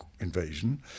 Invasion